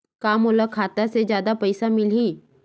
का मोला खाता से जादा पईसा मिलही?